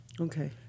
Okay